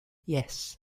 yes